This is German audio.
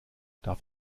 darf